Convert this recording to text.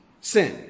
sin